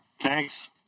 thanks